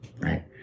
Right